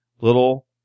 little